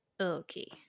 Okay